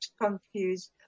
confused